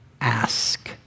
ask